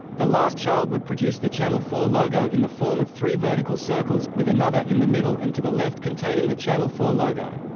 the last child would produce the channel four logo in the form of three vertical circles, with another in the middle and to the left containing the channel four logo.